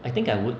I think I would